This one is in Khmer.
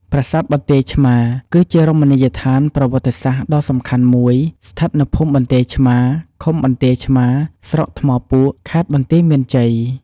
ប្រាសាទបន្ទាយឆ្មារ គឺជារមណីយដ្ឋានប្រវត្តិសាស្ត្រដ៏សំខាន់មួយស្ថិតនៅភូមិបន្ទាយឆ្មារ ឃុំបន្ទាយឆ្មារ ស្រុកថ្មពួក ខេត្តបន្ទាយមានជ័យ។